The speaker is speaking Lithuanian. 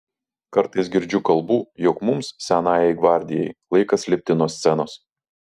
kartais girdžiu kalbų jog mums senajai gvardijai laikas lipti nuo scenos